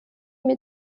mir